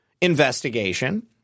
investigation